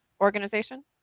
Organization